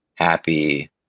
happy